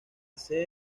sede